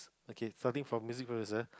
okay starting from music producer